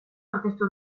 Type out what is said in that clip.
aurkeztu